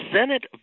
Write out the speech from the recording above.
Senate